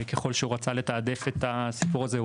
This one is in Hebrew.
ככל שהיה רוצה לתעדף את הסיפור הזה,